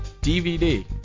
DVD